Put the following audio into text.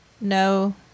no